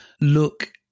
look